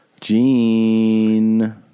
Gene